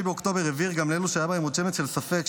ו-7 באוקטובר הבהיר גם לאלו שהיה בהם עוד שמץ של ספק,